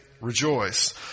rejoice